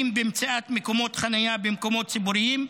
במציאת מקומות חניה במקומות ציבוריים,